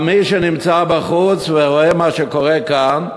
מי שנמצא בחוץ ורואה מה קורה כאן,